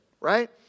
right